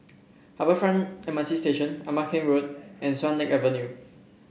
Harbour Front M R T Station Ama Keng Road and Swan Lake Avenue